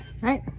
right